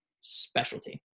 specialty